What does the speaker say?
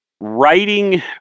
writing